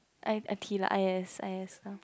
I I_T lah I_S I_S lah